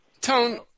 Tone